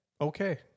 Okay